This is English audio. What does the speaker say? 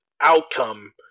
outcome